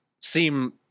seem